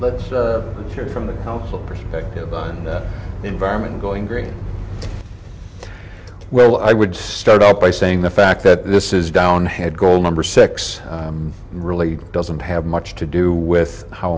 but let's hear it from the council perspective on the environment going green well i would start out by saying the fact that this is down head goal number six really doesn't have much to do with how